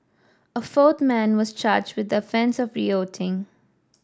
a fourth man was charged with the offence of rioting